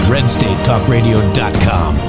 RedStateTalkRadio.com